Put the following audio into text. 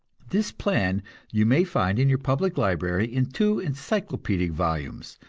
this plan you may find in your public library in two encyclopedic volumes,